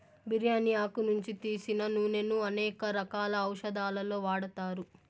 బిర్యాని ఆకు నుంచి తీసిన నూనెను అనేక రకాల ఔషదాలలో వాడతారు